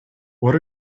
what